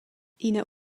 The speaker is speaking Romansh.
ina